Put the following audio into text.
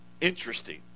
Interesting